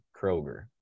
Kroger